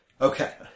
Okay